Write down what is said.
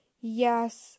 Yes